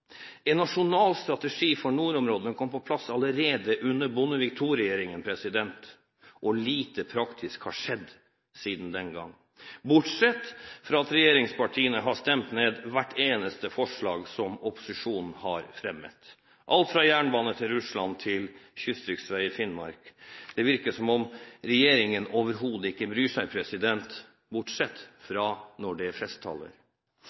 En nasjonal strategi for nordområdene kom på plass allerede under Bondevik II-regjeringen. Lite praktisk har skjedd siden den gang, bortsett fra at regjeringspartiene har stemt ned hvert eneste forslag som opposisjonen har fremmet – alt fra jernbane til Russland til kystriksvei i Finnmark. Det virker som om regjeringen overhodet ikke bryr seg, bortsatt fra når det er